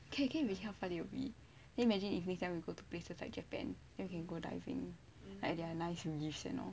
csn you imagine how fun it will be can you imagine if next time we go to places like japan then we go diving and there are nice reefs you know